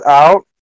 out